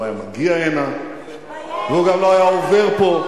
הוא לא היה מגיע הנה והוא גם לא היה עובר פה.